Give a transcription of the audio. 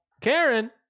Karen